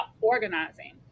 organizing